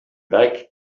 back